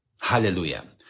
Hallelujah